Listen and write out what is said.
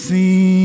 See